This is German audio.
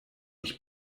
ich